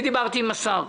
דיברתי עם השר,